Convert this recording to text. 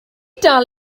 dal